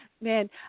Man